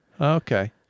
Okay